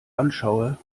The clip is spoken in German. anschaue